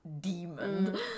demon